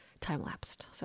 time-lapsed